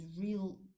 real